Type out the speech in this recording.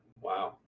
wow